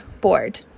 board